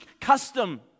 custom